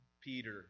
Peter